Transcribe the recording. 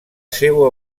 seua